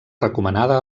recomanada